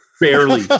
Barely